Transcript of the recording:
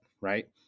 right